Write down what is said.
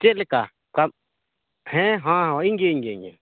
ᱪᱮᱫ ᱞᱮᱠᱟ ᱠᱟᱢ ᱤᱧᱜᱮ ᱤᱧᱜᱮ ᱤᱧᱜᱮ